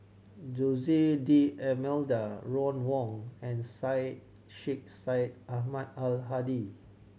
Jose D'Almeida Ron Wong and Syed Sheikh Syed Ahmad Al Hadi